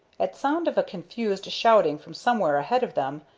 at sound of a confused shouting from somewhere ahead of them,